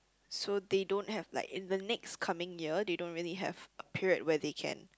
so they don't have like in the next coming year they don't really have a period where they can